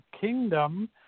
Kingdom